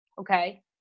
okay